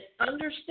understand